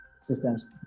systems